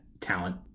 talent